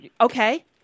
Okay